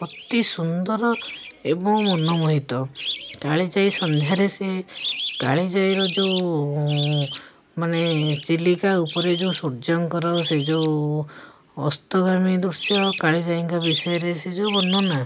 ଅତି ସୁନ୍ଦର ଏବଂ ମନମୋହିତ କାଳିଜାଇ ସନ୍ଧ୍ୟାରେ ସେ କାଳିଜାଇର ଯେଉଁ ମାନେ ଚିଲିକା ଉପରେ ଯେଉଁ ସୂର୍ଯ୍ୟଙ୍କର ସେଇ ଯେଉଁ ଅସ୍ତଗାମୀ ଦୃଶ୍ୟ କାଳିଜାଇଙ୍କ ବିଷୟରେ ସେ ଯେଉଁ ବର୍ଣ୍ଣନା